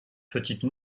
petite